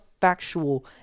factual